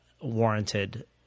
warranted